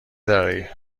داری